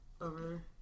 over